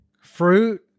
Fruit